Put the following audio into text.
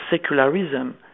secularism